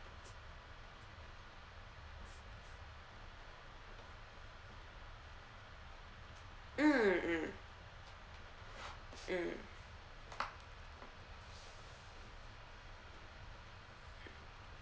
mm mm mm